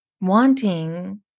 wanting